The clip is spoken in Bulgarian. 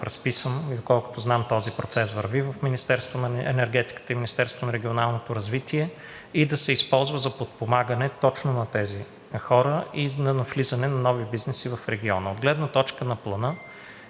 разписан, доколкото знам, този процес върви в Министерството на енергетиката и Министерството на регионалното развитие, и да се използва за подпомагане точно на тези хора и за навлизане на нови бизнеси в региона. От гледна точка на Плана,